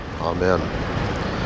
Amen